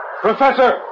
Professor